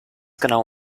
genau